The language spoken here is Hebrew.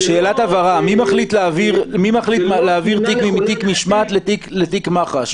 מי מחליט להעביר תיק מתיק משמעת לתיק מח"ש?